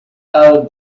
out